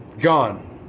gone